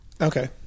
Okay